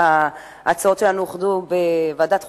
וההצעות שלנו אוחדו בוועדת חוקה,